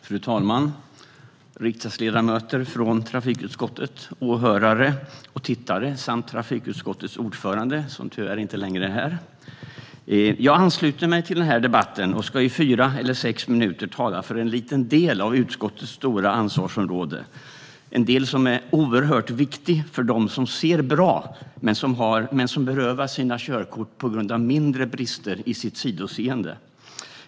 Fru talman! Riksdagsledamöter i trafikutskottet, åhörare och tittare samt trafikutskottets ordförande, som tyvärr inte längre är här! Jag ansluter mig till den här debatten och ska i fyra eller sex minuter tala för en liten del av utskottets stora ansvarsområde - en del som är oerhört viktig för dem som ser bra men som berövas sina körkort på grund av mindre brister i sitt sidoseende.